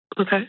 Okay